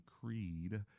creed